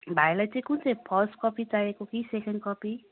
भाइलाई चाहिँ कुन चाहिँ फर्स्ट कपी चाहिँको कि सेकेन्ड कपी